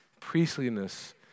priestliness